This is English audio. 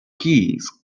keys